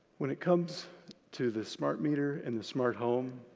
when it comes to the smart meter and the smart home,